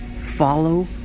follow